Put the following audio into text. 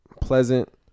pleasant